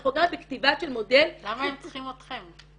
אנחנו כרגע בכתיבה של מודל -- למה הם צריכים אתכם?